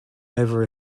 over